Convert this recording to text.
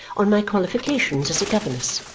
on my qualifications as a governess,